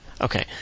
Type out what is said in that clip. Okay